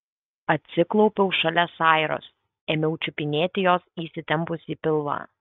atsiklaupiau šalia sairos ėmiau čiupinėti jos įsitempusį pilvą